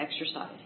exercise